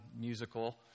musical